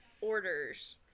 orders